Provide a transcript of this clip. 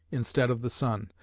instead of the sun,